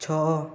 ଛଅ